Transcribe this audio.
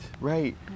right